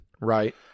Right